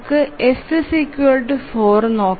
നമുക്ക് F 4 നോക്കാം